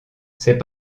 c’est